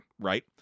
right